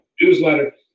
newsletter